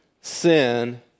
sin